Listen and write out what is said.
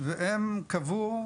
והם קבעו,